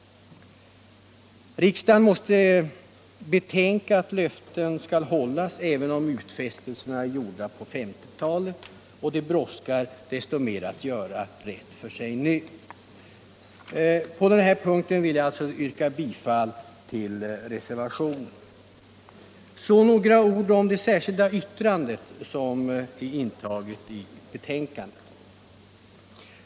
Riksdagen måste betänka att löften skall hållas även om utfästelserna är gjorda på 1950 talet, och det brådskar desto mera att göra rätt för sig nu. På den här punkten vill jag alltså yrka bifall till reservationen. Så några ord om det särskilda yttrande som fogats till betänkandet.